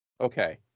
Okay